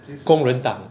工人党